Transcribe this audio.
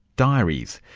diaries?